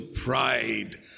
pride